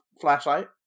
flashlight